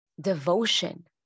devotion